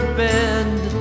bend